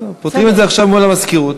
פותרים את זה עכשיו מול המזכירות.